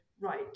right